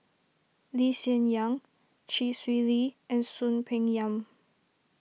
Lee Hsien Yang Chee Swee Lee and Soon Peng Yam